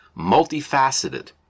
Multifaceted